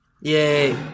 Yay